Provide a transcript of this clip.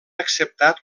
acceptat